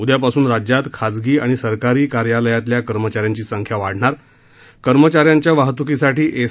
उद्यापासून राज्यात खाजगी आणि सरकारी कार्यालयातल्या कर्मचाऱ्यांची संख्या वाढणार कर्मचाऱ्यांच्या वाहतूकीसाठी एस